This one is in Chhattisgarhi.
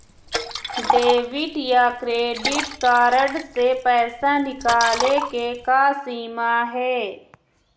डेबिट या क्रेडिट कारड से पैसा निकाले के का सीमा हे?